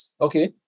Okay